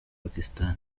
pakistan